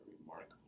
remarkable